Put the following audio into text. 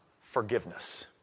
forgiveness